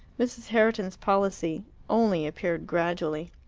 mrs. herriton's policy only appeared gradually.